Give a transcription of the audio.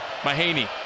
Mahaney